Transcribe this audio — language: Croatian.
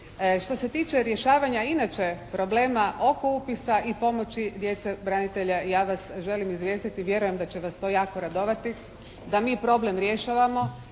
Što se tiče rješavanja inače problema oko upisa i pomoći djece branitelja ja vas želim izvijestiti, vjerujem da će vas to jako radovati da mi problem rješavamo.